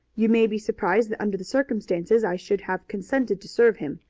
you may be surprised that under the circumstances i should have consented to serve him.